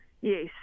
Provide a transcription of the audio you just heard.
yes